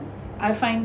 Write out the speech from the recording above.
I find